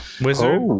Wizard